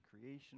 creation